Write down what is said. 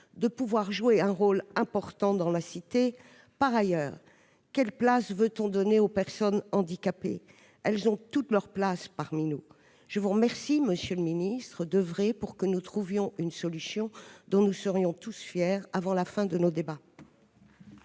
de pouvoir jouer un rôle important dans la cité. « Par ailleurs, quelle place veut-on donner aux personnes handicapées ? Elles ont toute leur place parmi nous. » Je vous remercie, monsieur le ministre, d'oeuvrer pour que nous trouvions avant la fin de nos débats